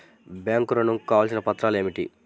Bank ఋణం కు కావలసిన పత్రాలు ఏమిటి?